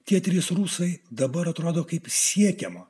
tie trys rusai dabar atrodo kaip siekiama